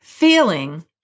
Feeling